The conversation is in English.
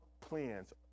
plans